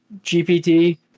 GPT